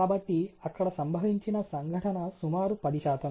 కాబట్టి అక్కడ సంభవించిన సంఘటన సుమారు 10 శాతం